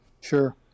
Sure